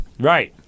Right